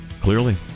clearly